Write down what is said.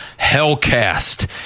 Hellcast